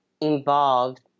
involved